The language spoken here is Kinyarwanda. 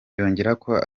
yongerako